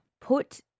Put